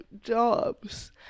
jobs